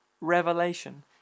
revelation